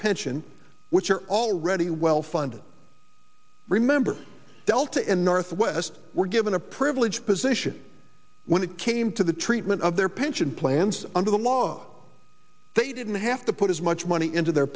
pension which are already well funded remember delta and northwest were given a privileged position when it came to the treatment of their pension plans under the law they didn't have to put as much money into their